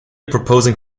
proposing